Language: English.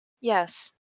Yes